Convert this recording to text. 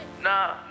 nah